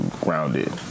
grounded